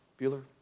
Bueller